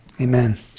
Amen